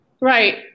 Right